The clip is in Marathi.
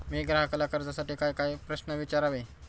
मी ग्राहकाला कर्जासाठी कायकाय प्रश्न विचारावे?